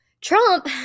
Trump